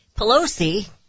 Pelosi